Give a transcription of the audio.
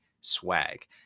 swag